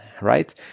right